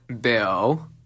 Bill